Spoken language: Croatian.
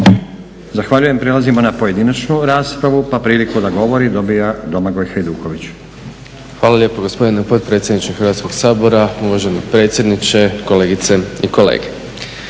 Zahvaljujem. Prelazimo na pojedinačnu raspravu pa priliku da govori dobija Domagoj Hajduković. **Hajduković, Domagoj (SDP)** Hvala lijepo gospodine predsjedniče Hrvatskog sabora. Uvaženi predsjedniče, kolegice i kolege.